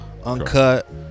uncut